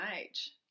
age